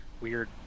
weird